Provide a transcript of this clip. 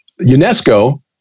UNESCO